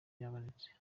yabonetse